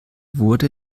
wurde